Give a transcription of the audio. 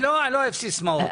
אני לא אוהב סיסמאות,